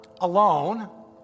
alone